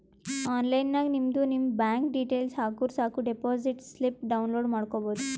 online ನಾಗ್ ನಿಮ್ದು ನಿಮ್ ಬ್ಯಾಂಕ್ ಡೀಟೇಲ್ಸ್ ಹಾಕುರ್ ಸಾಕ್ ಡೆಪೋಸಿಟ್ ಸ್ಲಿಪ್ ಡೌನ್ಲೋಡ್ ಮಾಡ್ಕೋಬೋದು